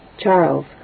Charles